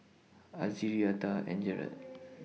Azzie Reatha and Jarrett